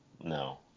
no